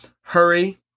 Hurry